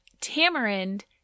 tamarind